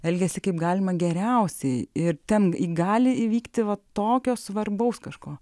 elgiasi kaip galima geriausiai ir ten gali įvykti va tokio svarbaus kažko